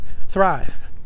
thrive